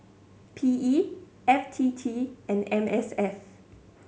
P E F T T and M S F